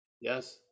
yes